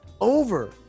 over